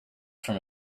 from